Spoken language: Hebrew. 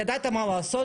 ידעת מה לעשות?